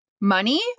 Money